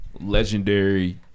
legendary